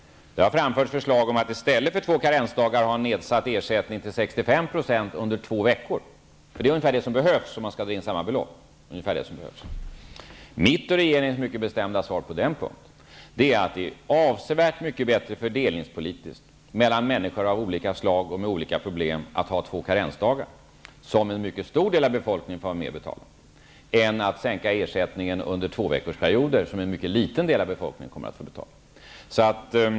Det har framförts förslag om att i stället för två karensdagar ha en nedsatt ersättning till 65 % under två veckor; det är ungefär vad som behövs om man skall få in samma belopp. Mitt och regeringens mycket bestämda besked på den punkten är att det är avsevärt mycket bättre fördelningspolitiskt -- vad beträffar fördelningen mellan människor av olika slag och med olika problem -- att ha två karensdagar, som en mycket stor del av befolkningen får vara med och betala, än att sänka ersättningen under tvåveckorsperioder, som en mycket liten del av befolkningen kommer att få betala.